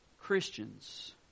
Christians